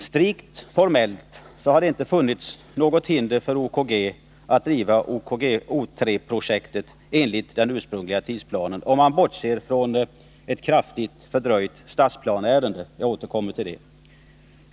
Strikt formellt har det inte funnits något hinder för OKG att driva O 3-projektet enligt den ursprungliga tidsplanen, om man bortser från ett kraftigt fördröjt stadsplaneärende, som jag återkommer till.